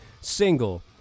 single